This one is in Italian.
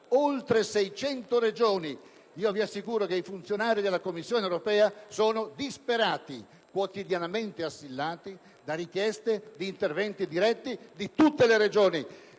oltre 600 Regioni: vi assicuro che i funzionari della Commissione europea sono disperati e quotidianamente assillati da richieste di interventi diretti di tutte le Regioni.